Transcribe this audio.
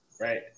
Right